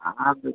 ஆ ஆ